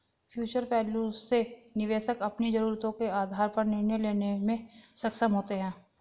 future value से निवेशक अपनी जरूरतों के आधार पर निर्णय लेने में सक्षम होते हैं